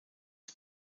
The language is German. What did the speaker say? ein